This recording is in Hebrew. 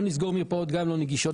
מצד אחד לא נסגור מרפאות לא נגישות